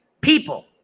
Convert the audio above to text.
people